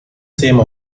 same